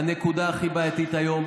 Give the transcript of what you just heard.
הנקודה הכי בעייתית היום,